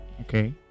okay